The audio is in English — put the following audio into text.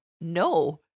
no